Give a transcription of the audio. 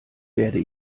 werde